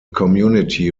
community